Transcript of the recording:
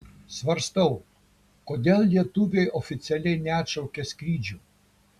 svarstau kodėl lietuviai oficialiai neatšaukia skrydžių